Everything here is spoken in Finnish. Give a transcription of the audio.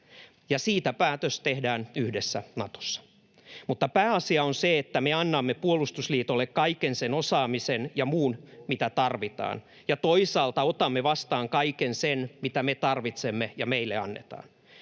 siitä päätös tehdään yhdessä Natossa. Mutta pääasia on se, että me annamme puolustusliitolle kaiken sen osaamisen ja muun, mitä tarvitaan, ja toisaalta otamme vastaan kaiken sen, mitä me tarvitsemme ja meille annetaan,